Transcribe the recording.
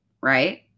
right